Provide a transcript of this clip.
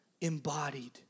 embodied